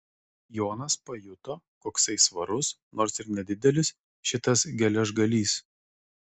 jonas pajuto koksai svarus nors ir nedidelis šitas geležgalys